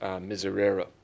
Miserere